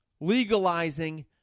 legalizing